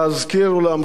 אדוני ראש הממשלה,